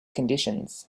conditions